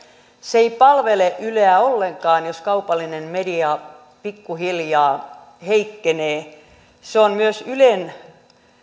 se ei palvele yleä ollenkaan jos kaupallinen media pikkuhiljaa heikkenee on myös